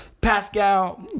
Pascal